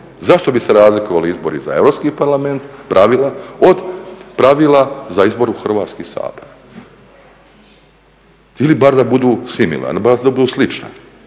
Zašto bi se razlikovali izbori za Europski parlament, pravila, od pravila za izbor u Hrvatski sabor ili da budu similarni bar da budu slična.